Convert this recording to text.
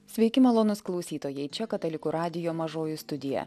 sveiki malonūs klausytojai čia katalikų radijo mažoji studija